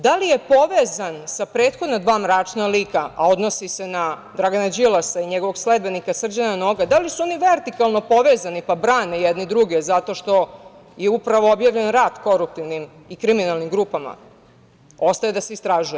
Da li je povezan sa prethodna dva mračna lika, a odnosi se na Dragana Đilasa i njegovog sledbenika Srđana Noga, da li su oni vertikalno povezani pa brane jedni druge zato što je upravo objavljen rat koruptivnim i kriminalnim grupama, ostaje da se istražuje.